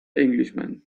englishman